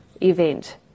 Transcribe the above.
event